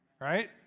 right